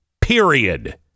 Period